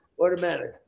automatic